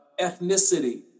ethnicity